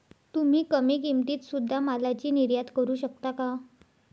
तुम्ही कमी किमतीत सुध्दा मालाची निर्यात करू शकता का